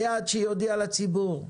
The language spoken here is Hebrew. היעד שהיא הודיעה לציבור,